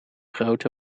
grote